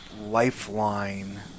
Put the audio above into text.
lifeline